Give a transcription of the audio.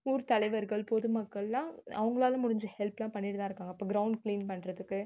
ஊர்த் தலைவைர்கள் பொதுமக்கள்லாம் அவங்களால் முடிஞ்ச ஹெல்ப்லாம் பண்ணிகிட்டு தான் இருக்காங்க இப்போது கிரௌண்ட் க்ளீன் பண்ணுறதுக்கு